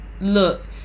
look